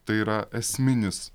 tai yra esminis